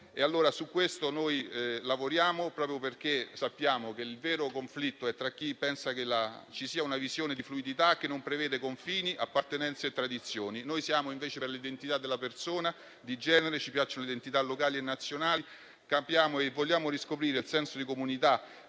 Su questo lavoriamo, proprio perché sappiamo che il vero conflitto è tra chi pensa che ci sia una visione di fluidità che non prevede confini, appartenenze e tradizioni. Noi siamo per l'identità della persona, di genere. Ci piacciono le identità locali e nazionali; capiamo e vogliamo riscoprire il senso di comunità